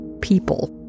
people